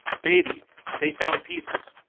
baby they found pieces.